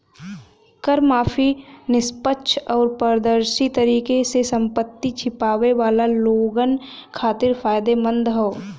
कर माफी निष्पक्ष आउर पारदर्शी तरीके से संपत्ति छिपावे वाला लोगन खातिर फायदेमंद हौ